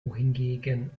wohingegen